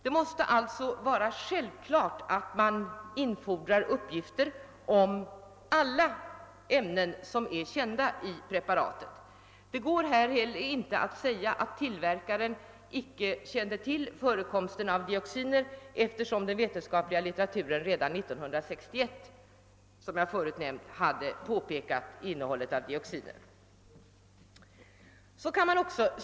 Man måste alltså infordra uppgifter om alla ämnen i preparatet som är kända. Man kan här inte säga att tillverkaren inte kände till förekomsten av dioxiner, eftersom innehållet av dioxiner har påpekats i den vetenskapliga litteraturen redan 1961.